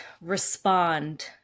respond